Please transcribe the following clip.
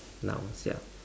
nouns ya